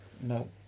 No